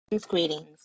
Greetings